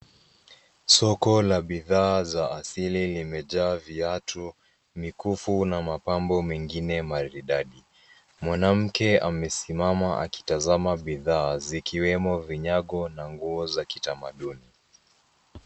Soko la bidhaa za asili limejaa viatu, mikufu na mapambo mengine maridadi. Mwanamke amesimama akitazama bidhaa zikiwemo vinyago na nguo za kitamaduni.